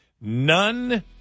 None